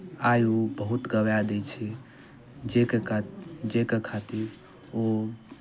आयु बहुत गँवाए दै छै जाहिके जाहिके खातिर ओ